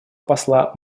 посла